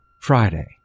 Friday